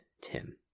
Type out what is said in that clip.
Tim